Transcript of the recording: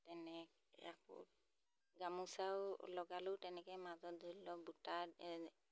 তেনেকৈ আকৌ গামোচাও লগালেও তেনেকৈ মাজত ধৰি লওক বুটা